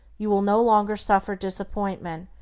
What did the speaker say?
you will no longer suffer disappointment,